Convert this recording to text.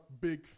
big